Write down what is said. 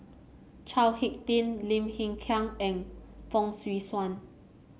Chao HicK Tin Lim Hng Kiang and Fong Swee Suan